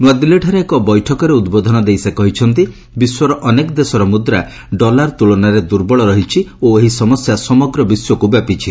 ନୂଆଦିଲ୍ଲୀଠାରେ ଏକ ବୈଠକରେ ଉଦ୍ବୋଧନ ଦେଇ ସେ କହିଛନ୍ତି ବିଶ୍ୱର ଅନେକ ଦେଶର ମୁଦ୍ରା ଡଲାର ତୁଳନାରେ ଦୁର୍ବଳ ରହିଛି ଓ ଏହି ସମସ୍ୟା ସମଗ୍ର ବିଶ୍ୱକୁ ବ୍ୟାପିଛି